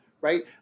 Right